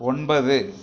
ஒன்பது